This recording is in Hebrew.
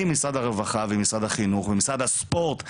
עם משרד הרווחה ומשרד החינוך ומשרד הספורט,